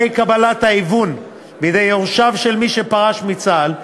קבלת ההיוון בידי יורשיו של מי שפרש מצה"ל,